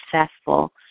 successful